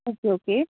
okay okay